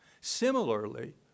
Similarly